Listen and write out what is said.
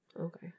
Okay